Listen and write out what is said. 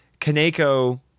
Kaneko